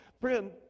Friend